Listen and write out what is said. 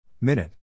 Minute